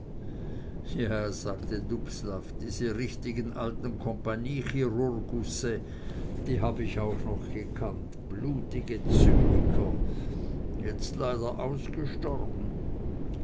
ja sagte dubslav diese richtigen alten compagniechirurgusse die hab ich auch noch gekannt blutige zyniker jetzt leider ausgestorben